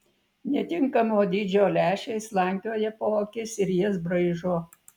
netinkamo dydžio lęšiai slankioja po akis ir jas braižo